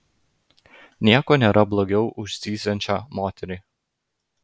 nieko nėra blogiau už zyziančią moterį